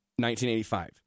1985